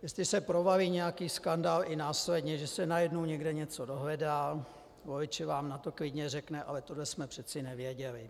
Jestli se provalí nějaký skandál i následně, že se najednou někde něco dohledá, volič vám na to klidně řekne: Ale tohle jsme přeci nevěděli!